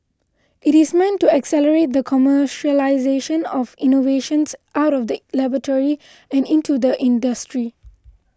it is meant to accelerate the commercialisation of innovations out of the laboratory and into the industry